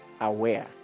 aware